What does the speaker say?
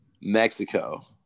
Mexico